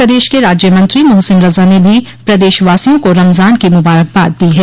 प्रदेश के राज्य मंत्री मोहसिन रजा ने भी प्रदेशवासियों को रमजान की मुबारकबाद दी है